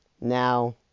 Now